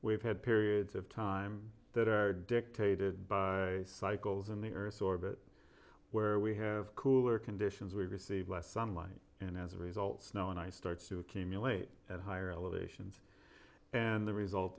we've had periods of time that are dictated by cycles in the earth's orbit where we have cooler conditions we receive less sunlight and as a result snow and ice starts to accumulate at higher elevations and the result